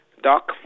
Doc